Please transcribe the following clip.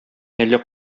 әллә